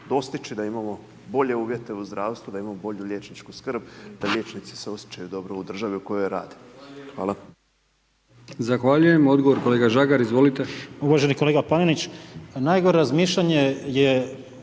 da imamo bolje uvijete u zdravstvu, da imamo bolju liječničku skrb, da liječnici se osjećaju dobro u državi u kojoj rade. Hvala.